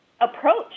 approach